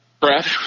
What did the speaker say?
Brad